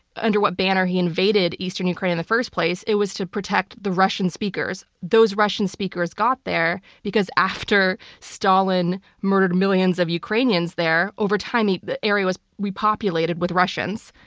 under what banner he invaded eastern ukraine in the first place, it was to protect the russian speakers. those russian speakers got there because after stalin murdered millions of ukrainians there over time the area was repopulated with russians.